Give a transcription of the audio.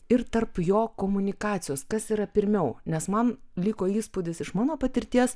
ir tarp jo komunikacijos kas yra pirmiau nes man liko įspūdis iš mano patirties